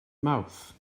mawrth